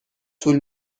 طول